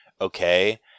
okay